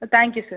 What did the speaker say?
thank you sir